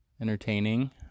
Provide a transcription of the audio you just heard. entertaining